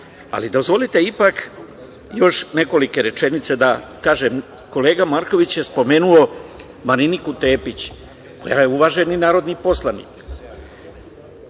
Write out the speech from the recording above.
dozvolite ipak još nekoliko rečenica da kažem. Kolega Marković je spomenuo Mariniku Tepić, koja je uvaženi narodni poslanik.